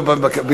לא, לא.